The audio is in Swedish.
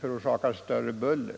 förorsakar större buller.